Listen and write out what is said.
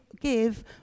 give